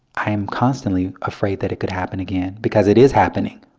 i am constantly afraid that it could happen again because it is happening.